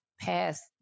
past